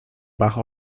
bach